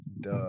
duh